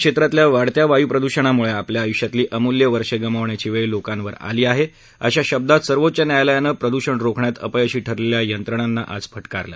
क्षेत्रातल्या वाढत्या वाय्प्रद्रषणाम्ळे आपल्या आयुष्यातली अमूल्य वर्षे गमावण्याची वेळ लोकांवर आली आहे अशा शब्दांत सर्वोच्च न्यायालयानं प्रद्रषण रोखण्यात अपयशी ठरलेल्या यंत्रणांना आज फटकारलं